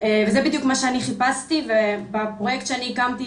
וזה בדיוק מה שאני חיפשתי ובפרויקט שאני הקמתי,